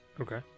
Okay